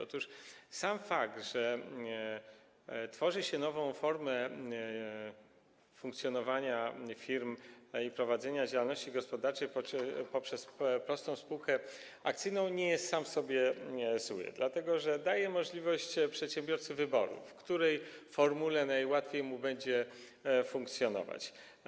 Otóż sam fakt, że tworzy się nową formę funkcjonowania firm i prowadzenia działalności gospodarczej poprzez prostą spółkę akcyjną, nie jest sam w sobie zły, dlatego że daje się przedsiębiorcy możliwość wyboru, w jakiej formule najłatwiej mu będzie funkcjonować.